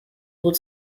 would